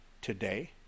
today